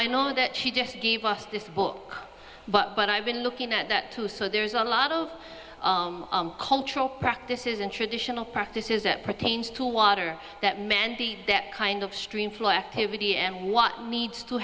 i know that she just gave us this book but i've been looking at that too so there's a lot of cultural practices and traditional practices that pertains to water that mandy that kind of stream flow activity and what needs to